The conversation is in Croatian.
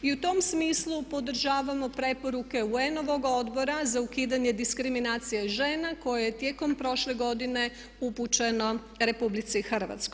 I u tom smislu podržavamo preporuke UN-ovog odbora za ukidanje diskriminacije žena koje je tijekom prošle godine upućeno RH.